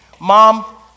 Mom